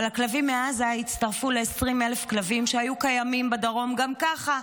אבל הכלבים מעזה הצטרפו ל-20,000 כלבים שהיו קיימים בדרום גם ככה,